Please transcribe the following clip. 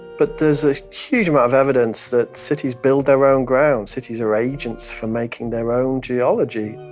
but there's a huge amount of evidence that cities build their own ground, cities are agents for making their own geology.